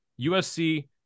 USC